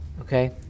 okay